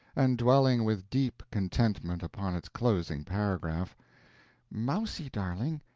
and dwelling with deep contentment upon its closing paragraph mousie darling,